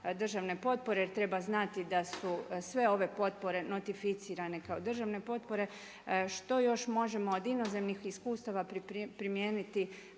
državne potpore jer treba znati da su sve ove potpore notificirane kao državne potpore, što još možemo od inozemnih iskustava primijeniti